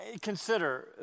Consider